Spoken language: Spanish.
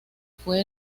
fue